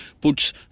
puts